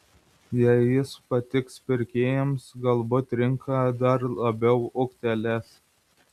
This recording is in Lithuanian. jei jis patiks pirkėjams galbūt rinka dar labiau ūgtelės